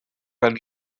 fel